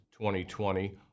2020